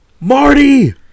Marty